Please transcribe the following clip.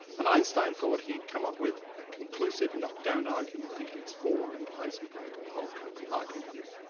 and einstein thought he'd come up with a conclusive knock-down argument against borh and heisenberg and the whole copenhagen view.